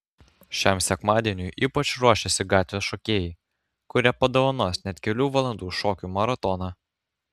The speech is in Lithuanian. šiam sekmadieniui ypač ruošiasi gatvės šokėjai kurie padovanos net kelių valandų šokių maratoną